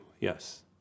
yes